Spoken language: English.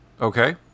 Okay